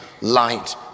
light